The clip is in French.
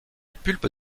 pulpe